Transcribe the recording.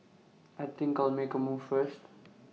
I think I'll make A move first